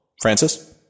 Francis